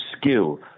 skill